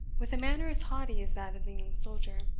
with a manner as haughty as that of the young soldier